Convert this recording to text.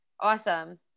Awesome